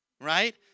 right